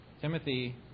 Timothy